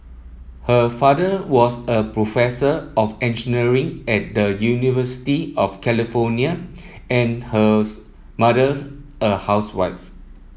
her father was a professor of engineering at the University of California and hers mother a housewife